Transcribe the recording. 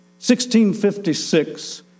1656